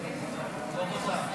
דקות לרשותך.